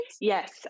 Yes